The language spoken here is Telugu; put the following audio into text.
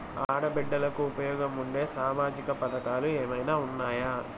ఆడ బిడ్డలకు ఉపయోగం ఉండే సామాజిక పథకాలు ఏమైనా ఉన్నాయా?